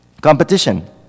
Competition